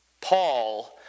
Paul